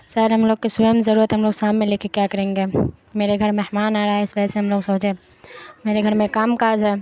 سر ہم لوگ کی صبح میں ضرورت ہے ہم لوگ سام میں لے کے کیا کریں گے میرے گھر مہمان آیا ہے اس وجہ سے ہم لوگ سوچے میرے گھر میں کام کاج ہے